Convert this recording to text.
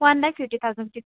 one lakh fifty थाउजन्डको